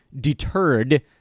deterred